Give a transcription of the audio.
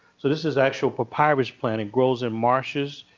so this is actual papyrus plant. it grows in marshes.